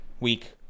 Week